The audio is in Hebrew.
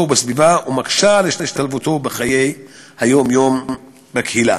ובסביבה ומקשה את השתלבותו בחיי היום-יום בקהילה.